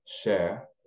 share